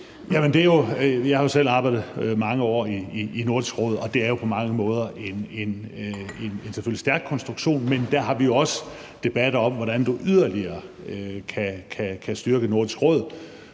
Jeg har jo selv arbejdet mange år i Nordisk Råd, og det er selvfølgelig på mange måder en stærk konstruktion. Men der har vi jo også debatter om, hvordan du yderligere kan styrke Nordisk